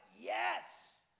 yes